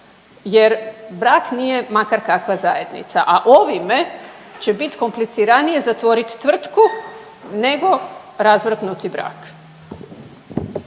jer brak nije makar kakva zajednica, a ovime će bit kompliciranije zatvorit tvrtku nego razvrgnuti brak.